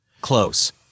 close